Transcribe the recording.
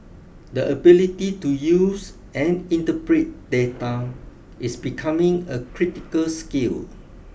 the ability to use and interpret data is becoming a critical skill